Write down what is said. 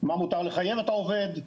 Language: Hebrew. מה מותר לחייב את העובד,